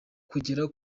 kugera